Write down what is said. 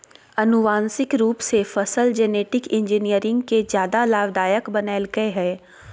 आनुवांशिक रूप से फसल जेनेटिक इंजीनियरिंग के ज्यादा लाभदायक बनैयलकय हें